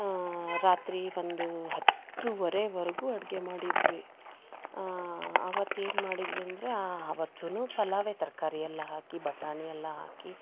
ರಾತ್ರಿ ಒಂದು ಹತ್ತೂವರೆವರ್ಗು ಅಡುಗೆ ಮಾಡಿದ್ವಿ ಅವತ್ತು ಏನು ಮಾಡಿದ್ವಿ ಅಂದರೆ ಅವತ್ತು ಪಲಾವೇ ತರಕಾರಿ ಎಲ್ಲ ಹಾಕಿ ಬಟಾಣಿ ಎಲ್ಲ ಹಾಕಿ